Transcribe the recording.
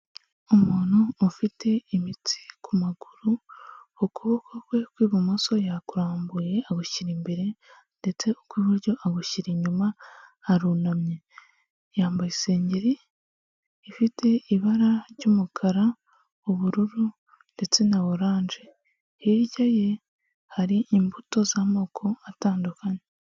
Umuntu ufite imitsi ku maguru, ukuboko kwe kw'ibumoso yakurambuye agushyira imbere ndetse ukw'iburyo agushyira inyuma, arunamye yambaye isengeri ifite ibara ry'umukara, ubururu, ndetse na oranJe. Hirya ye hari imbuto z'amoko atandukanye.